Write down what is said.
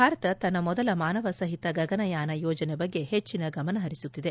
ಭಾರತ ತನ್ನ ಮೊದಲ ಮಾನವ ಸಹಿತ ಗಗನಯಾನ ಯೋಜನೆ ಬಗ್ಗೆ ಹೆಚ್ಚಿನ ಗಮನಹರಿಸುತ್ತಿದೆ